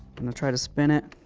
going to try to spin it.